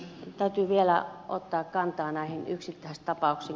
täytyy vielä ottaa kantaa näihin yksittäistapauksiin